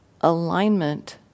alignment